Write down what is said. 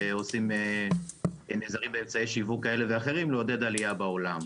הם נעזרים באמצעי שיווק כאלה ואחרים לעודד עלייה בעולם.